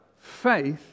faith